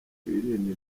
twirinde